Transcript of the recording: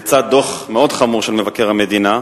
יצא דוח מאוד חמור של מבקר המדינה,